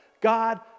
God